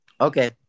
Okay